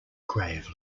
gravely